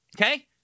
Okay